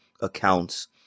accounts